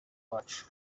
wacu